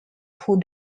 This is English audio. who